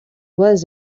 was